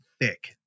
thick